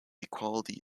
equality